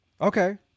Okay